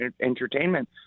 entertainment